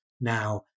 now